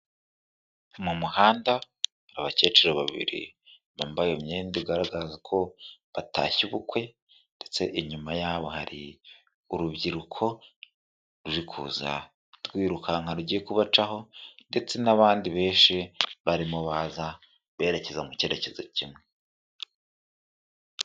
Mu muhanda abakecuru babiri bambaye imyenda igaragaza ko batashye ubukwe, ndetse inyuma yabo hari urubyiruko ruri kuza rwirukanka rugiye kubacaho, ndetse n'abandi benshi barimo baza berekeza mu cyerekezo kimwe.